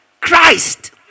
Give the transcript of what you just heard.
Christ